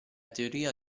teoria